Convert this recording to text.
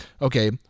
okay